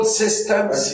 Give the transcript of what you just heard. systems